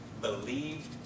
believed